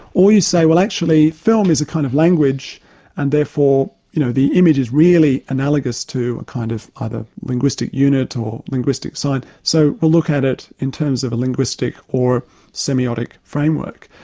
or you say well actually, film is a kind of language and therefore you know the image is really analogous to a kind of either linguistic unit or linguistic sight, so we'll look at it in terms of a linguistic or semiotic framework.